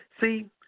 See